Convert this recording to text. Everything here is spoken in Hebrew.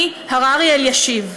אני הררי אלישיב,